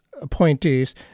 appointees